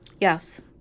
Yes